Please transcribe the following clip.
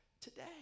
today